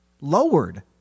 lowered